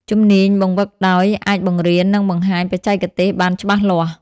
ជំនាញបង្វឹកដោយ អាចបង្រៀន និងបង្ហាញបច្ចេកទេសបានច្បាស់លាស់។